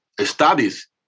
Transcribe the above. studies